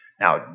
Now